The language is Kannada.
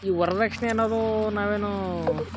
ಈ ವರ್ದಕ್ಷಿಣೆ ಅನ್ನೋದು ನಾವೇನೂ